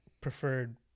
preferred